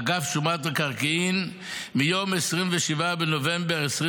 אגף שומת מקרקעין, מיום 27 בנובמבר 2024: